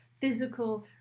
physical